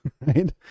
right